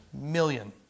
million